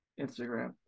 Instagram